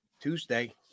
Tuesday